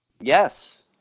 Yes